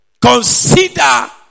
Consider